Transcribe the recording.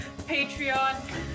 Patreon